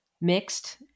mixed